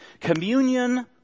communion